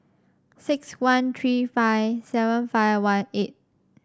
six one three five seven five one eight